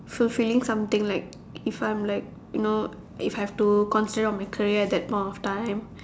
fulfilling something like if I'm like you know if I have to consider of my career at that point in time